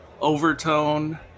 overtone